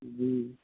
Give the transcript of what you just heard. جی